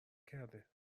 کرده